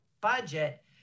budget